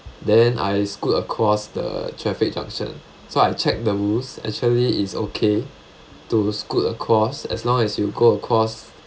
then I scoot across the traffic junction so I check the rules actually it's okay to scoot across as long as you go across